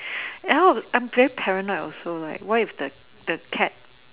and hor I'm very paranoid also like what if the the cat